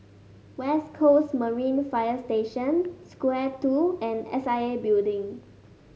West Coast Marine Fire Station Square Two and S I A Building